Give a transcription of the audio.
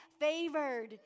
favored